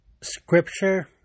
scripture